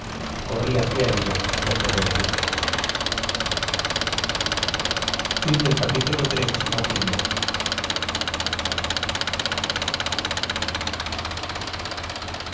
corrí hacia ella loco de alegría